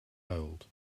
old